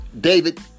David